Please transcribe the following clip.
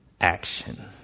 action